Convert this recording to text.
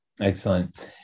Excellent